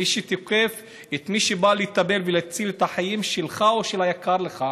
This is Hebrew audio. מי שתוקף את מי שבא לטפל בו ולהציל את החיים שלו או של היקר לו,